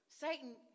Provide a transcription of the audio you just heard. Satan